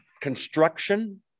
construction